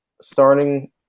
starting